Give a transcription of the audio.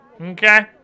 Okay